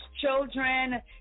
children